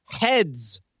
Heads